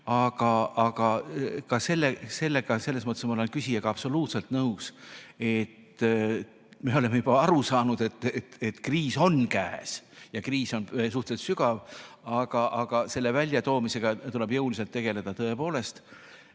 ja kirju. Aga selles mõttes olen ma küsijaga absoluutselt nõus, et me oleme juba aru saanud, et kriis on käes ja kriis on suhteliselt sügav, selle väljatoomisega tuleb tõepoolest